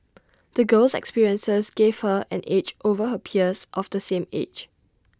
the girl's experiences gave her an edge over her peers of the same age